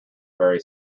very